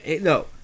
no